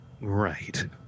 Right